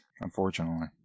unfortunately